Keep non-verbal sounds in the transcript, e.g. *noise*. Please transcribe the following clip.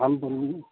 हम *unintelligible*